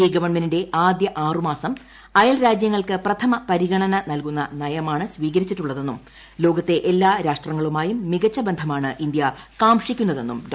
A ഗവൺമെന്റിന്റെ ആദ്യ ആറുമാസം അയൽരാജ്യങ്ങൾക്ക് പ്രഥമ പരിഗണന നൽകുന്ന നയമാണ് സ്വീകരിച്ചിട്ടുള്ളതെന്നും ലോകത്തെ എല്ലാ രാഷ്ട്രങ്ങളുമായും മികച്ച ബന്ധമാണ് ഇന്ത്യ കാംഷിക്കുന്നതെന്നും ഡോ